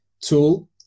tool